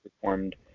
performed